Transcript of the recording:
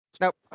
Nope